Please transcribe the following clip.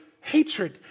hatred